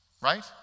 Right